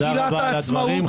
תודה רבה על הדברים.